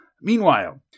Meanwhile